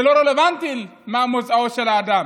זה לא רלוונטי מה מוצאו של האדם.